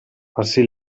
farsi